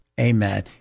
Amen